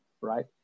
right